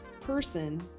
person